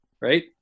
right